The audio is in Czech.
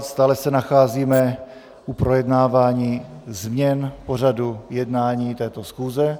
Stále se nacházíme u projednávání změn pořadu jednání této schůze.